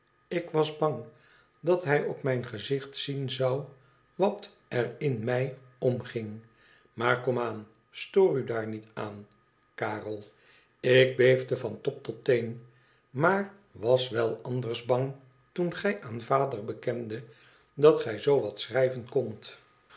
ik was bang dat hij op mijn gezicht zien zou wat er in mij omging maar kom aan stoor u daar niet aan karel ik beefde van top tot teen maar was wel anders bang toen gij aan vader bekendet dat gij zoo wat schrijven kondt